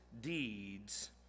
deeds